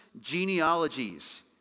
genealogies